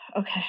Okay